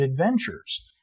adventures